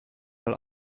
mal